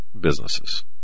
businesses